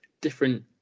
different